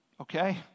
okay